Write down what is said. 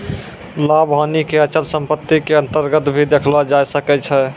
लाभ हानि क अचल सम्पत्ति क अन्तर्गत भी देखलो जाय सकै छै